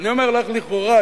אני אומר רק "לכאורה",